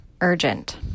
Urgent